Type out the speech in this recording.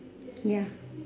ya